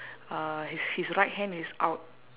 uh his his right hand is out